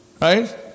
Right